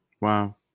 Wow